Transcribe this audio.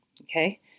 Okay